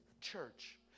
Church